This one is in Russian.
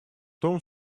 том